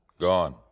Gone